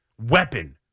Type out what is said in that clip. weapon